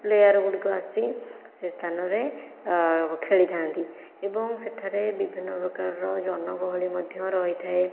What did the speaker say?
player ଗୁଡ଼ିକ ଆସି ସେ ସ୍ଥାନରେ ଖେଳିଥାନ୍ତି ଏବଂ ସେଠାରେ ବିଭିନ୍ନ ପ୍ରକାରର ଜନଗହଳି ମଧ୍ୟ ରହିଥାଏ